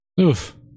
Oof